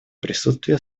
присутствие